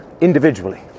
individually